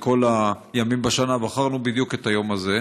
מכל הימים בשנה בחרנו בדיוק את היום הזה.